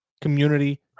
community